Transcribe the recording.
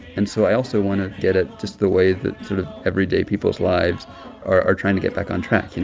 and so i also wanted to get at just the way that sort of everyday people's lives are trying to get back on track, you know?